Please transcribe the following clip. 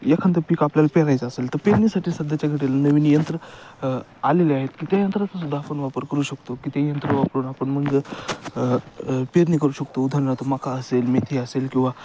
एखादं पीक आपल्याला पेरायचं असेल तर पेरणीसाठी सध्याच्या घडीला नवीन यंत्र आलेले आहेत की त्या यंत्राचा सुद्धा आपण वापर करू शकतो की ते यंत्र वापरून आपण म्हणजे पेरणी करू शकतो उदाहरणार्थ मका असेल मेथी असेल किंवा